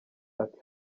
ati